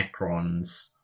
Necrons